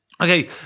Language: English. Okay